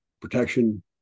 protection